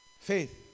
Faith